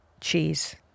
cheese